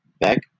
back